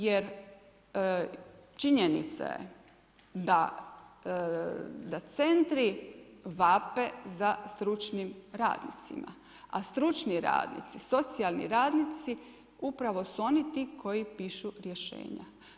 Jer činjenica je da centri vape za stručnim radnicima, a stručni radnici, socijalni radnici upravo su oni ti koji pišu rješenja.